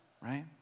right